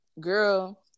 Girl